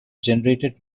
generated